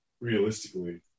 realistically